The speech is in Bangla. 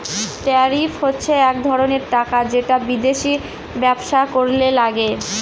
ট্যারিফ হচ্ছে এক ধরনের টাকা যেটা বিদেশে ব্যবসা করলে লাগে